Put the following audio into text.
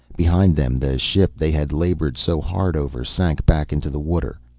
behind them the ship they had labored so hard over, sank back into the water.